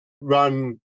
run